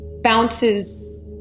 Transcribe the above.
bounces